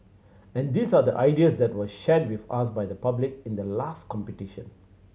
and these are the ideas that were shared with us by the public in the last competition